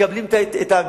מקבלים את האגרות,